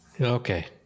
Okay